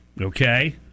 Okay